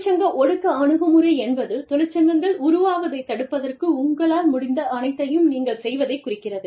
தொழிற்சங்க ஒடுக்க அணுகுமுறை என்பது தொழிற்சங்கங்கள் உருவாவதை தடுப்பதற்கு உங்களால் முடிந்த அனைத்தையும் நீங்கள் செய்வதை குறிக்கிறது